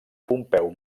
pompeu